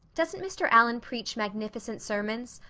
doesn't mr. allan preach magnificent sermons?